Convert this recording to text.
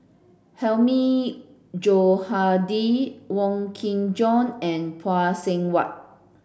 Hilmi Johandi Wong Kin Jong and Phay Seng Whatt